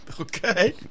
Okay